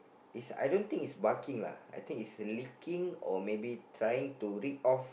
is I don't think is barking lah I think is licking or maybe trying to lick off